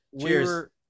Cheers